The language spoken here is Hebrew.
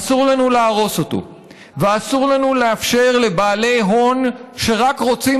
אסור לנו להרוס אותו ואסור לנו לאפשר לבעלי הון שרק רוצים